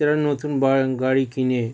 যারা নতুন গাড়ি কেনে